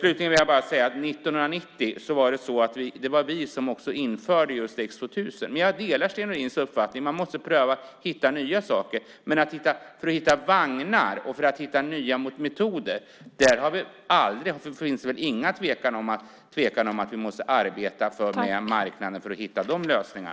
Slutligen vill jag bara säga att 1990 var det vi som införde just X 2000. Jag delar dock Sten Nordins uppfattning. Man måste försöka hitta nya saker. För att hitta vagnar och nya metoder finns det väl ingen tvekan om att vi måste arbeta med marknaden för att hitta lösningar.